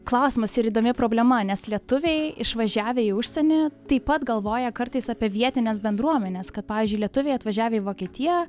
klausimas ir įdomi problema nes lietuviai išvažiavę į užsienį taip pat galvoja kartais apie vietines bendruomenes kad pavyzdžiui lietuviai atvažiavę į vokietiją